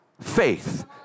faith